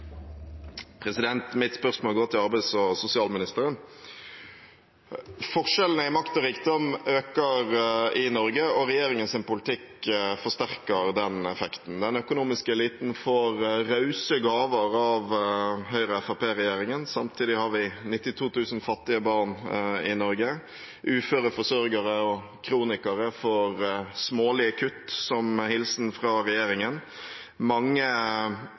sosialministeren. Forskjellene i makt og rikdom øker i Norge, og regjeringens politikk forsterker den effekten. Den økonomiske eliten får rause gaver av Høyre–Fremskrittsparti-regjeringen. Samtidig har vi 92 000 fattige barn i Norge. Uføre forsørgere og kronikere får smålige kutt som hilsen fra regjeringen. Mange